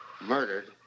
Murdered